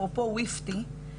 אפרופו וויפטי,